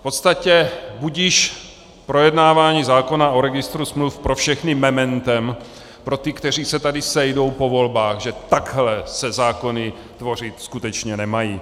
V podstatě budiž projednávání zákona o registru smluv pro všechny mementem, pro ty, kteří se tady sejdou po volbách, že takhle se zákony tvořit skutečně nemají.